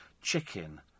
Chicken